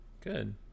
Good